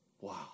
Wow